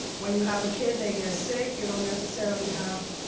when you have a kid, they get sick you don't necessarily have,